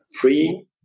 free